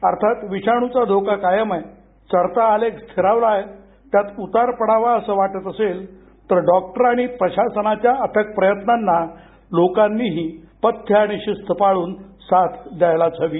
अर्थात विषाणुचा धोका कायम आहे चढता आलेख स्थिरावला आहे त्यात उतार पडावा असं वाटत असेल तर डॉक्टर आणि प्रशासनाच्या अथक प्रयत्नांना लोकांनीही पथ्य आणि शिस्त पाळून साथ द्यायलाच हवी